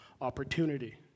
opportunity